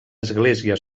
església